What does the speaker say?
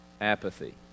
Apathy